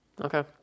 Okay